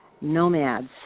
nomads